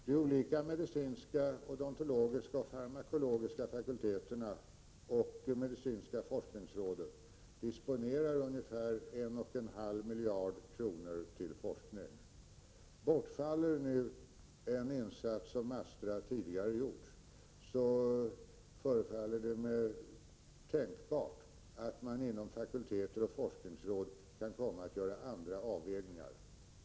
Herr talman! De olika medicinska, odontologiska och farmakologiska fakulteterna samt Medicinska forskningsrådet disponerar ungefär en och en halv miljard kronor till forskning. Om nu en insats som Astra tidigare har gjort bortfaller, så tycks det mig tänkbart att man inom fakulteter och forskningsråd kan komma att göra andra avvägningar.